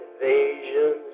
invasions